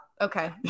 Okay